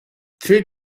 three